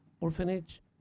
orphanage